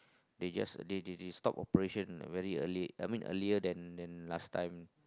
they just they they they stop operation very early I mean earlier than than last time